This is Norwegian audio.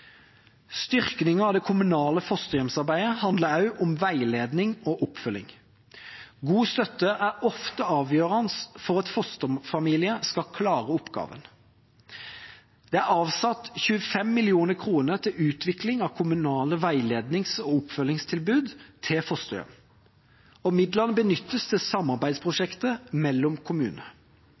av det kommunale fosterhjemsarbeidet handler også om veiledning og oppfølging. God støtte er ofte avgjørende for at fosterfamilier skal klare oppgaven. Det er avsatt 25 mill. kr til utvikling av kommunale veilednings- og oppfølgingstilbud til fosterhjem. Midlene benyttes til samarbeidsprosjekter mellom